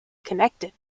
connected